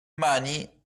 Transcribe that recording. money